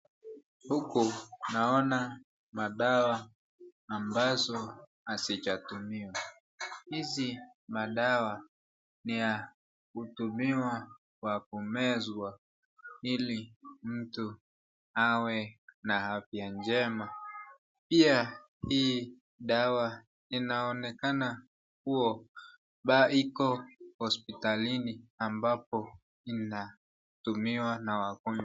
Huku naona madawa ambazo hazijatumiwa hizi madawa ni ya kutumia kwa kumeswa hili mtu awe na afya nchema, pia dawa inaonekana kuwa Iko hospitalini ambapo inatumiwa na wagonjwa.